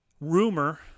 Rumor